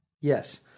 Yes